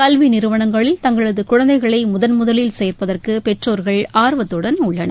கல்வி நிறுவனங்களில் தங்களது குழந்தைகளை முதன்முதலில் சேர்ப்பதற்கு பெற்றோர்கள் ஆர்வத்துடன் உள்ளனர்